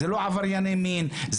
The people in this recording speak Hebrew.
זה לא עברייני מין,